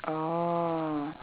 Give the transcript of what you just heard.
oh